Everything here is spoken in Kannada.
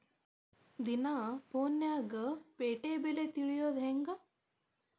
ದಿನಾ ಫೋನ್ಯಾಗ್ ಪೇಟೆ ಬೆಲೆ ತಿಳಿಯೋದ್ ಹೆಂಗ್?